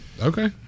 Okay